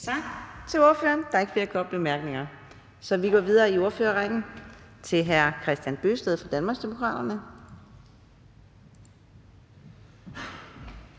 Tak til ordføreren. Der er ikke flere korte bemærkninger, så vi går videre i ordførerrækken til hr. Henrik Frandsen fra Moderaterne.